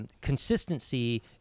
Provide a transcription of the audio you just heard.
consistency